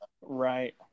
right